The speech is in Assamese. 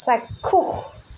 চাক্ষুষ